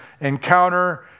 encounter